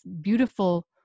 beautiful